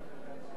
הצעת